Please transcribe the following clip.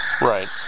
right